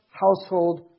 household